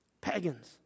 Pagans